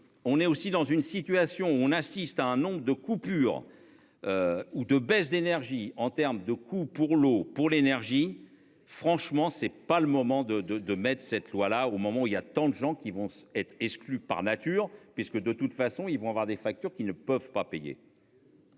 on est aussi dans une situation où on assiste à un nombre de coupures. Ou de baisse d'énergie en terme de coût pour l'eau pour l'énergie. Franchement c'est pas le moment de de de mètres cette loi là au moment où il y a tant de gens qui vont être exclus par nature puisque de toute façon ils vont avoir des factures qui ne peuvent pas payer.